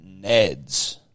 Neds